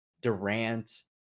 Durant